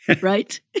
right